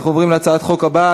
אנחנו עוברים להצעת החוק הבאה,